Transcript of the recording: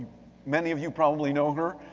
many of you probably know her,